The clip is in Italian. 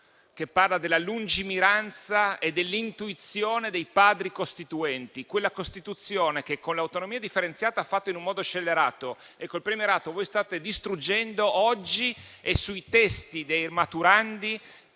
che parla della lungimiranza e dell'intuizione dei Padri costituenti: quella Costituzione che, con l'autonomia differenziata fatta in un modo scellerato e con il premierato voi state distruggendo, è oggi sui testi dei maturandi